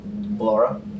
Laura